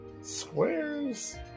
Squares